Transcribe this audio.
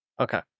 Okay